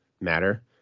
matter